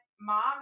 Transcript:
mom